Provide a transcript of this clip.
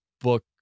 book